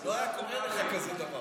אגב, לא היה קורה לך כזה דבר.